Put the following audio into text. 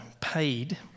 paid